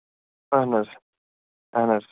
اَہَن حظ اَہَن حظ